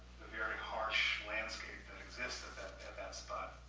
very harsh landscape that exists at that at that spot.